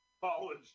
College